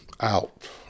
out